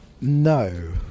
No